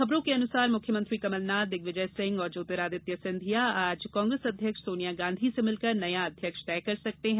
खबरों के अनुसार मुख्यमंत्री कमल नाथ दिग्विजय सिंह और ज्योतिरादित्य सिंधिया आज कांग्रेस अध्यक्ष सोनिया गांधी से मिलकर नया अध्यक्ष तय कर सकते हैं